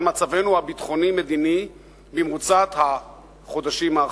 מצבנו הביטחוני-המדיני במרוצת החודשים האחרונים.